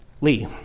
Lee